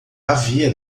havia